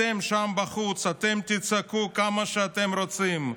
אתם שם בחוץ, אתם תצעקו כמה שאתם רוצים,